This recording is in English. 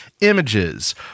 images